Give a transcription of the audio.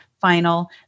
final